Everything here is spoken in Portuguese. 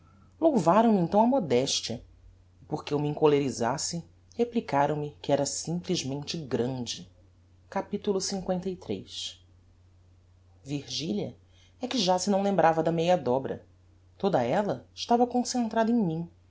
louvaram me então a modestia e porque eu me encolerisasse replicaram me que era simplesmente grande capitulo liii virgilia é que já se não lembrava da meia dobra toda ella estava concentrada em mim